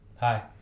Hi